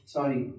Sorry